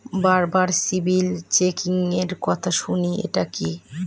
বারবার সিবিল চেকিংএর কথা শুনি এটা কি?